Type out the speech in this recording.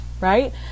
right